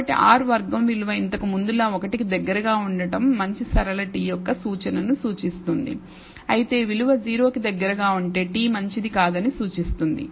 కాబట్టి R వర్గం విలువ ఇంతకు ముందులా 1 కి దగ్గరగా ఉండటం మంచి సరళ t యొక్క సూచనను సూచిస్తుంది అయితే విలువ 0 కి దగ్గరగా ఉంటే t మంచిది కాదని సూచిస్తుంది